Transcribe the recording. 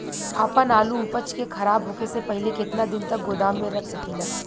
आपन आलू उपज के खराब होखे से पहिले केतन दिन तक गोदाम में रख सकिला?